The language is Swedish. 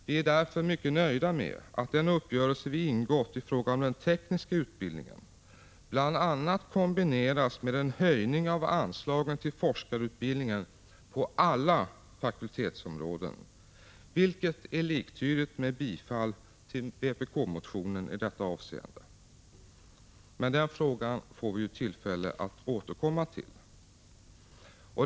Vi är därför mycket nöjda med att den uppgörelse vi har ingått i fråga om den tekniska utbildningen bl.a. kombineras med en höjning av anslagen till forskarutbildningen på alla fakultetsområden, vilket är liktydigt med bifall till vpk-motionen i detta avseende. Men den frågan får vi tillfälle att komma tillbaka till.